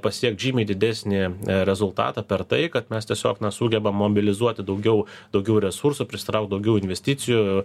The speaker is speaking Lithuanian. pasiekt žymiai didesnį rezultatą per tai kad mes tiesiog na sugebam mobilizuoti daugiau daugiau resursų prisitraukt daugiau investicijų